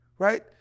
right